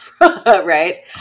right